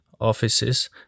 offices